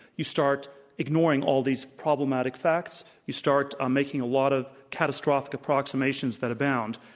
you start ignoring all these problematic facts, you start um making a lot of catastrophic approximations that abound.